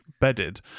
bedded